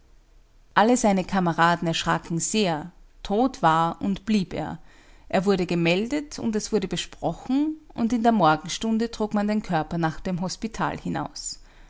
alle seine kameraden erschraken sehr tot war und blieb er er wurde gemeldet und es wurde besprochen und in der morgenstunde trug man den körper nach dem hospital hinaus